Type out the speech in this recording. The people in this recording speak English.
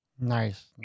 nice